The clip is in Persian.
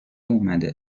اومده